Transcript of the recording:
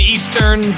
Eastern